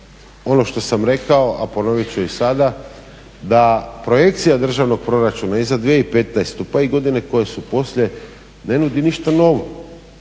ono što sam rekao a ponovit ću i sada da projekcija državnog proračuna i za 2015. pa i godine koje su poslije ne nudi ništa novo.